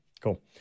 Cool